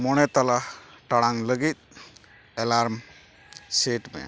ᱢᱚᱬᱮ ᱛᱟᱞᱟ ᱴᱟᱲᱟᱝ ᱞᱟᱹᱜᱤᱫ ᱮᱞᱟᱨᱢ ᱥᱮᱴ ᱢᱮ